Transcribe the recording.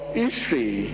history